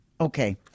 Okay